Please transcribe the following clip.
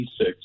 T6